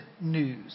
news